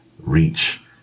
reach